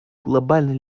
глобальной